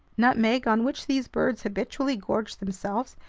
nutmeg, on which these birds habitually gorge themselves,